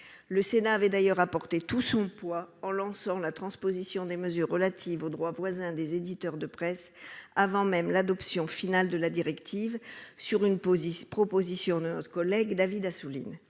Le Sénat avait d'ailleurs pesé de tout son poids, en lançant la transposition des mesures relatives aux droits voisins des éditeurs de presse avant même l'adoption finale de la directive, sur une proposition de notre collègue David Assouline.